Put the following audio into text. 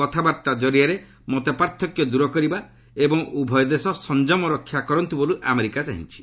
କଥାବାର୍ତ୍ତା ଜରିଆରେ ମତପାର୍ଥକ୍ୟ ଦ୍ୱର କରିବା ଏବଂ ଉଭୟ ଦେଶ ସଂଜମ ରକ୍ଷା କରନ୍ତୁ ବୋଲି ଆମେରିକା ଚାହୁଁଛନ୍ତି